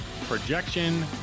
projection